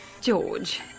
George